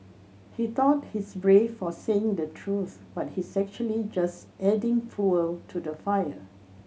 he thought he's brave for saying the truth but he's actually just adding fuel to the fire